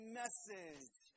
message